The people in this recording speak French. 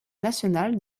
national